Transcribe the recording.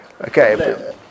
Okay